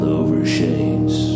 overshades